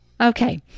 Okay